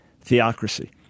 theocracy